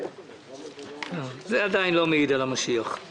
על --- זה עדיין לא מעיד על המשיח.